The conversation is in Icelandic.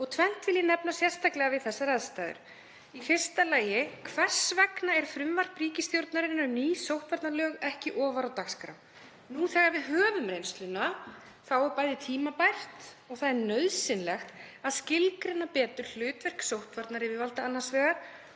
Tvennt vil ég nefna sérstaklega við þessar aðstæður. Í fyrsta lagi: Hvers vegna er frumvarp ríkisstjórnarinnar um ný sóttvarnalög ekki ofar á dagskrá? Nú þegar við höfum reynsluna er bæði tímabært og nauðsynlegt að skilgreina betur hlutverk sóttvarnayfirvalda annars vegar